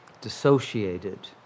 dissociated